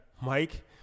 Mike